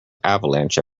avalanche